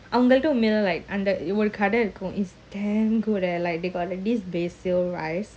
அவங்ககிட்ட:avangakita like ஒருகடைஇருக்கும்:oru kada irukum it's damn good leh like they got like this basil rice